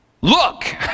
look